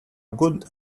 good